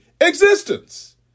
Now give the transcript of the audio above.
existence